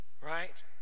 Right